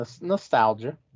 Nostalgia